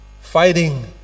fighting